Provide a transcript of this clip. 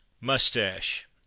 mustache